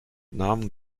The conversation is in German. nahm